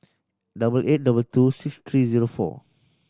double eight double two six three zero four